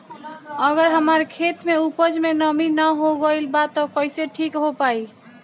अगर हमार खेत में उपज में नमी न हो गइल बा त कइसे ठीक हो पाई?